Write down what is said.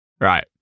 Right